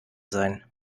sein